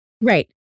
Right